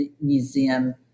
Museum